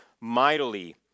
mightily